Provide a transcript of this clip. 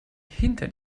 hinter